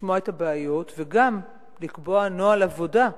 לשמוע את הבעיות וגם לקבוע נוהל עבודה.